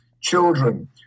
children